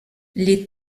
les